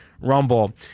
Rumble